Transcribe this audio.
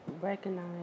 recognize